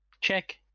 check